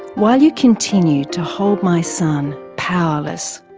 while you continue to hold my son powerless,